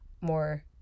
more